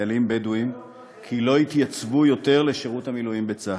וחיילים בדואים כי לא יתייצבו יותר לשירות המילואים בצה"ל.